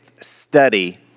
study